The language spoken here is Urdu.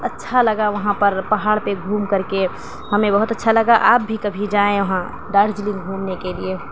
اچّھا لگا وہاں پر پہاڑ پہ گھوم كر كے ہميں بہت اچّھا لگا آپ بھى كبھى جائيں وہاں دارجلنگ گھومنے کے لیے